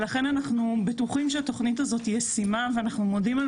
לכן אנחנו בטוחים שהתוכנית הזו ישימה ואנחנו מודים על